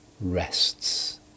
rests